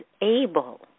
able